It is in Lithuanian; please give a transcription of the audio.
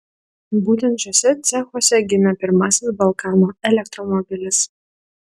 būtent šiuose cechuose gimė pirmasis balkanų elektromobilis